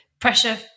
Pressure